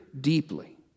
deeply